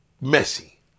messy